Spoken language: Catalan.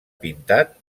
pintat